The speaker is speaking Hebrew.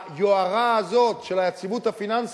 והיוהרה הזאת של היציבות הפיננסית,